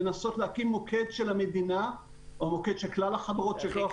לנסות להקים מוקד של המדינה או מוקד של כלל החברות -- זה הכי קל.